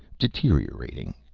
deteriorating.